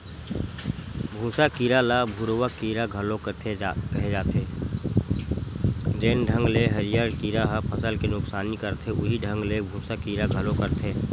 भूँसा कीरा ल भूरूवा कीरा घलो केहे जाथे, जेन ढंग ले हरियर कीरा ह फसल के नुकसानी करथे उहीं ढंग ले भूँसा कीरा घलो करथे